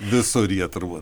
visur jie turbūt